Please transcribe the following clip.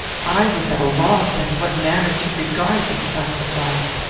i was at a loss in what manner to regard this sacrifice.